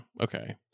okay